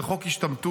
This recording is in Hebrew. זה חוק השתמטות.